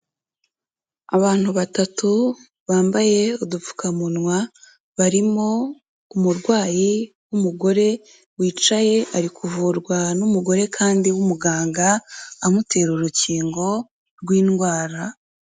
Abantu batatu bambaye udupfukamunwa, barimo umurwayi w'umugore wicaye ari kuvurwa n'umugore kandi w'umuganga, amutera urukingo rw'indwara.